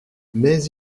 mais